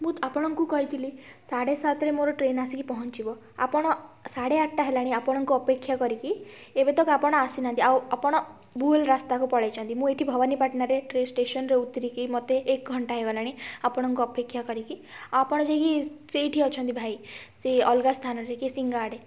ମୁଁ ଆପଣଙ୍କୁ କହିଥିଲି ସାଢ଼େ ସାତରେ ମୋର ଟ୍ରେନ୍ ଆସିକି ପହଞ୍ଚିବ ଆପଣ ସାଢ଼େ ଆଠଟା ହେଲାଣି ଆପଣଙ୍କୁ ଅପେକ୍ଷା କରିକି ଏବେତକ ଆପଣ ଆସିନାହାନ୍ତି ଆଉ ଆପଣ ଭୁଲ୍ ରାସ୍ତାକୁ ପଳେଇଛନ୍ତି ମୁଁ ଏଇଠି ଭବାନୀପାଟଣାରେ ଷ୍ଟେସନ୍ରେ ଉତୁରିକି ମୋତେ ଏକ୍ ଘଣ୍ଟା ହୋଇଗଲାଣି ଆପଣଙ୍କୁ ଅପେକ୍ଷା କରିକି ଆଉ ଆପଣ ଯାଇକି ସେଇଠି ଅଛନ୍ତି ଭାଇ ସେଇ ଅଲଗା ସ୍ଥାନରେ କେଶିଙ୍ଗା ଆଡ଼େ